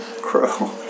Crow